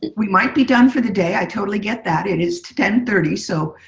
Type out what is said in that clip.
we might be done for the day. i totally get that. it is ten thirty, so.